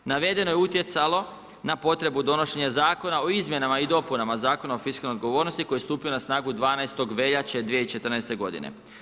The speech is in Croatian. Navedeno je utjecalo na potrebu donošenja Zakona o izmjenama i dopunama Zakona o fiskalnoj odgovornosti koji je stupio na snagu 12. veljače 2014. godine.